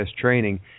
training